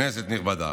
כנסת נכבדה,